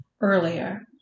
earlier